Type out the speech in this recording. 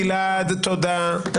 גלעד, תודה.